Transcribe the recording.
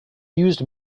used